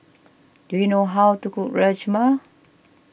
do you know how to cook Rajma